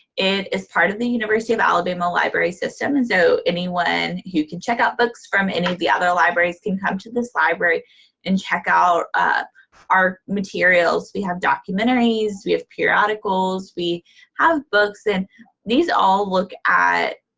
it is part of the university of alabama library system, and so anyone who can check out books from any of the other libraries can come to this library and check out ah our materials. we have documentaries, we have periodicals, we have books, and these all look at